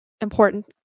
important